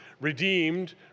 redeemed